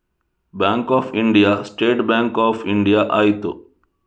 bank of India State Bank of India ಆಯಿತು